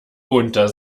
unter